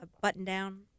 button-down